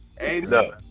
Hey